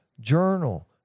journal